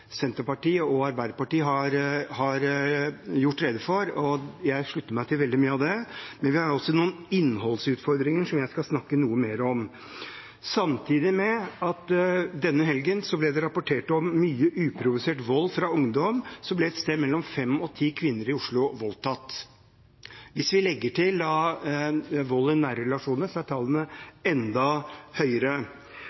Senterpartiet og Arbeiderpartiet har gjort rede for, og jeg slutter meg til veldig mye av det. Men vi har også noen innholdsutfordringer, som jeg skal snakke noe mer om. Samtidig med at det denne helgen ble rapportert om mye uprovosert vold fra ungdom, ble et sted mellom fem og ti kvinner i Oslo voldtatt. Hvis vi legger til vold i nære relasjoner, er tallene